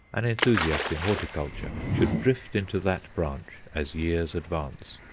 an enthusiast in horticulture, should drift into that branch as years advance.